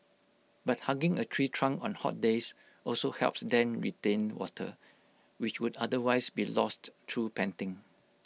but hugging A tree trunk on hot days also helps then retain water which would otherwise be lost through panting